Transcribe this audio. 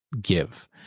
give